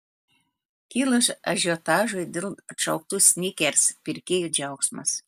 kilus ažiotažui dėl atšauktų snickers pirkėjų džiaugsmas